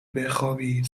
بخوابی